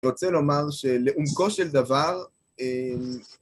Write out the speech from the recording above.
אני רוצה לומר שלעומקו של דבר